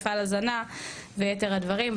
מפעל הזנה ויתר הדברים,